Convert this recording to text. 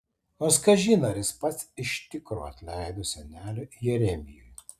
nors kažin ar jis pats iš tikro atleido seneliui jeremijui